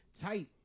tight